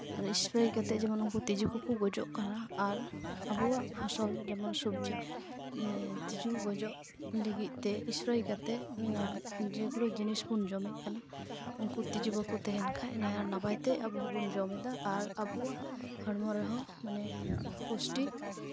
ᱟᱨ spray ᱠᱟᱛᱮᱫ ᱡᱮᱢᱚᱱ ᱩᱱᱠᱩᱛᱤᱡᱩ ᱠᱚᱠᱚ ᱜᱚᱡᱚᱜ ᱠᱟᱱᱟ ᱟᱨ ᱟᱵᱚᱣᱟᱜ ᱯᱷᱚᱥᱚᱞ ᱡᱮᱢᱚᱱ ᱥᱚᱵᱽᱡᱤ ᱛᱤᱸᱡᱩ ᱜᱚᱡᱚᱜ ᱞᱟᱹᱜᱤᱫ ᱛᱮ ᱥᱯᱨᱮᱭ ᱠᱟᱛᱮᱫ ᱡᱮᱜᱩᱞᱳ ᱡᱤᱱᱤᱥ ᱵᱚᱱ ᱡᱚᱢᱮᱜ ᱠᱟᱱᱟ ᱩᱱᱠᱩ ᱛᱤᱸᱡᱩ ᱵᱟᱠᱚ ᱛᱟᱦᱮᱱ ᱠᱷᱟᱡ ᱚᱱᱟ ᱱᱟᱯᱟᱭ ᱛᱮ ᱟᱵᱚ ᱦᱚᱸᱵᱚᱱ ᱡᱚᱢ ᱮᱫᱟ ᱟᱨ ᱟᱵᱚᱣᱟᱜ ᱦᱚᱲᱢᱚ ᱨᱮᱦᱚᱸ ᱢᱟᱱᱮ ᱯᱩᱥᱴᱤ